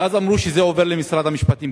ואז אמרו שזה עובר למשרד המשפטים.